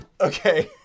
Okay